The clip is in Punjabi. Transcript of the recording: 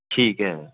ਠੀਕ ਹੈ